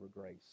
grace